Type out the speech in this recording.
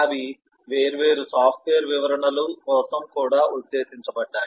అవి వేర్వేరు సాఫ్ట్వేర్ వివరణల కోసం కూడా ఉద్దేశించబడ్డాయి